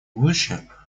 будущее